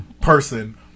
person